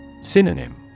Synonym